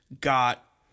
got